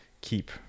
keep